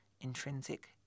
intrinsic